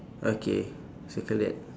okay circle that